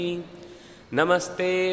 Namaste